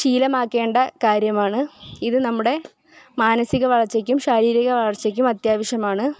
ശീലമാക്കേണ്ട കാര്യമാണ് ഇത് നമ്മുടെ മാനസിക വളർച്ചയ്ക്കും ശാരീരിക വളർച്ചക്കും അത്യാവശ്യമാണ്